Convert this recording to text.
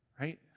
Right